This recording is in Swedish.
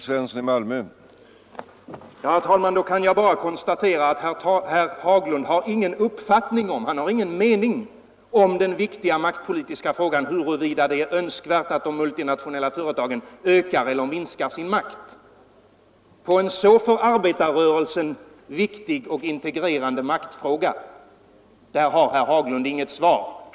Herr talman! Då kan jag bara konstatera att herr Haglund inte har någon mening om denna viktiga maktpolitiska fråga, nämligen huruvida det är önskvärt att de multinationella företagen ökar eller minskar sin makt. I en för arbetarrörelsen så viktig och angelägen maktfråga har herr Haglund ingen uppfattning.